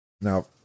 Now